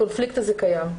הקונפליקט הזה קיים.